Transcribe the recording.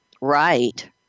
Right